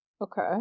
Okay